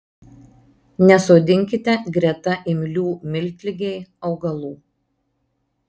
nesodinkite greta imlių miltligei augalų